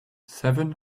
seven